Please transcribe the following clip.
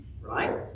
right